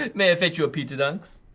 ah may i fetch you a pizza dunks?